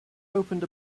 opened